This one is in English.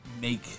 make